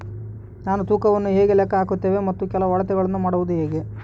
ನಾವು ತೂಕವನ್ನು ಹೇಗೆ ಲೆಕ್ಕ ಹಾಕುತ್ತೇವೆ ಮತ್ತು ಕೆಲವು ಅಳತೆಗಳನ್ನು ಮಾಡುವುದು ಹೇಗೆ?